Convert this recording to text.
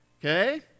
Okay